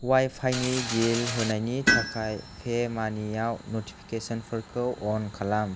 अवाइफाइनि bill होनायनि थाखाय pay मानियाव नटिफिकेसनफोरखौ अन खालाम